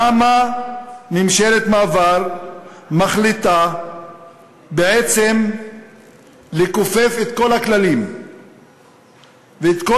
למה ממשלת מעבר מחליטה בעצם לכופף את כל הכללים ואת כל